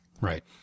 Right